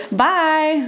bye